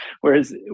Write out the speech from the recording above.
Whereas